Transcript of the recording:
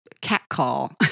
catcall